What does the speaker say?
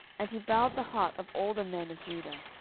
and he bowed the heart of all the men of judah,